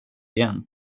igen